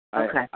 Okay